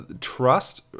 Trust